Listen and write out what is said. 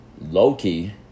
Loki